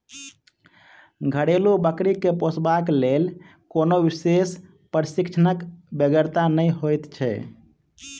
घरेलू बकरी के पोसबाक लेल कोनो विशेष प्रशिक्षणक बेगरता नै होइत छै